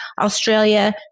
Australia